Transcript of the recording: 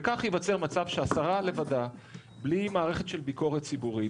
וכך ייווצר מצב שהשרה לבדה בלי מערכת של ביקורת ציבורית,